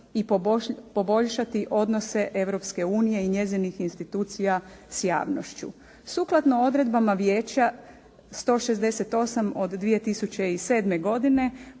i poboljšati odnose Europske unije i njezinih institucija s javnošću. Sukladno odredbama vijeća 168 od 2007. godine,